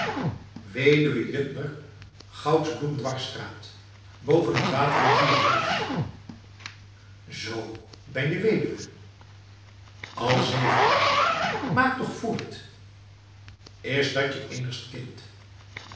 weduwe juttner goudsbloemdwarsstraat boven t water en vuurhuis zoo ben je weduwe al zeven jaar maak toch voort is dat je eenigst kind